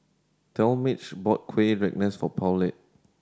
Talmage bought Kuih Rengas for Paulette